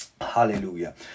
hallelujah